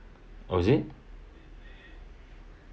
oh is it